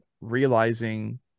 realizing